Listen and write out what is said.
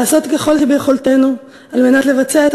לעשות ככל שביכולתנו כדי לבצע את